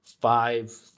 five